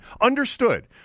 Understood